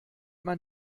man